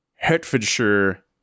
Hertfordshire